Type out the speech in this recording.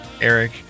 Eric